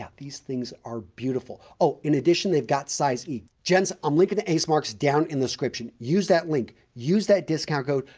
these things are beautiful. oh, in addition, they've got size e. gents, i'm linking to ace marks down in the description. use that link. use that discount code.